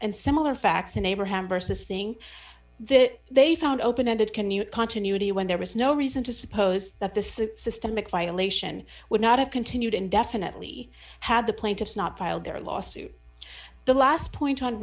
and similar facts in abraham versus saying that they found open ended can you continuity when there was no reason to suppose that this systemic violation would not have continued indefinitely had the plaintiffs not filed their lawsuit the last point on